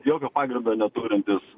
jokio pagrindo neturintys